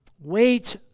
wait